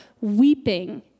weeping